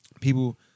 people